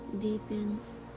deepens